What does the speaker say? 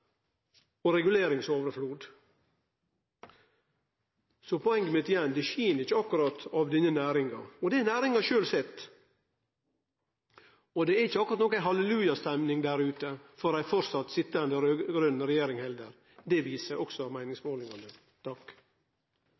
og reguleringsoverflod. Poenget mitt igjen er: Det skin ikkje akkurat av denne næringa. Og det har næringa sjølv sett. Det er ikkje akkurat ei hallelujastemning der ute for framleis å ha ei raud-grøn regjering heller. Det viser